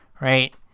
Right